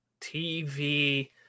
tv